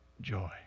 joy